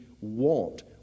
want